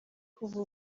kuva